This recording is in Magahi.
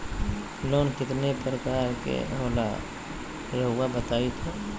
लोन कितने पारकर के होला रऊआ बताई तो?